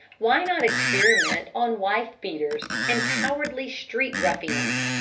why not experiment on wife-beaters and cowardly street ruffians,